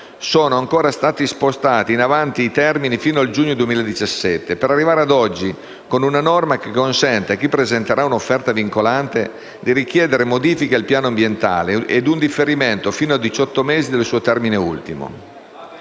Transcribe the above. sono stati spostati ulteriormente in avanti (fino al giugno 2017) per arrivare, ad oggi, a una norma che consente a chi presenterà un'offerta vincolante di richiedere modifiche al piano ambientale e un differimento fino a diciotto mesi del suo termine ultimo.